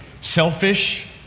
selfish